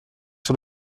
sur